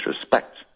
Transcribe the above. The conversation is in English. respect